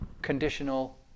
conditional